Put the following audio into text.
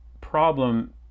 problem